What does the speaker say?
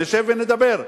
נשב ונדבר.